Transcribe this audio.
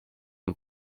and